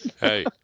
hey